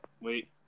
Wait